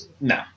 No